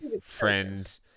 friend